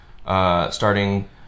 starting